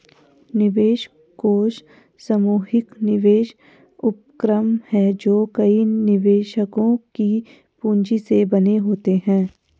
निवेश कोष सामूहिक निवेश उपक्रम हैं जो कई निवेशकों की पूंजी से बने होते हैं